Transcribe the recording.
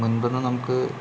മുൻപൊന്നും നമുക്ക്